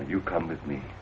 and you come with me